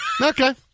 Okay